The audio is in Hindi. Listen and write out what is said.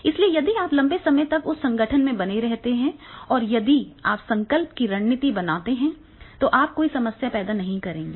इसलिए यदि आप लंबे समय तक उस संगठन में बने रहते हैं और यदि आप संकल्प की रणनीति बनाते हैं तो आप कोई समस्या नहीं पैदा करेंगे